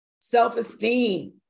self-esteem